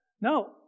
no